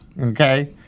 okay